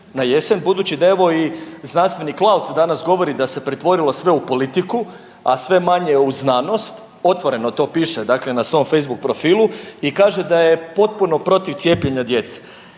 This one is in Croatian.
na jesen, budući da evo i znanstvenik Lauc danas govori da se pretvorilo sve u politiku, a sve manje u znanost, otvoreno to piše na svom facebook profilu i kaže da je potpuno protiv cijepljenja djece?